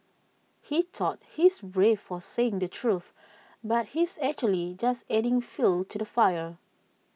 he thought he's brave for saying the truth but he's actually just adding fuel to the fire